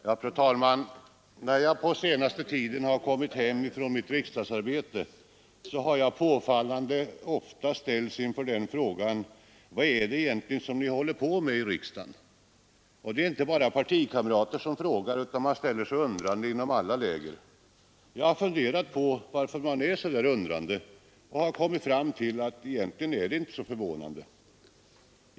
Fru talman! När jag på senaste tiden kommit hem från riksdagsarbetet har jag påfallande ofta ställts inför frågan: Vad är det ni håller på med i riksdagen egentligen? Och det är inte bara partikamrater som frågar, utan man ställer sig undrande inom alla läger. Jag har funderat på varför man är så där undrande och kommit fram till att det egentligen inte är särskilt förvånande.